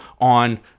on